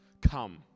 come